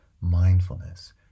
mindfulness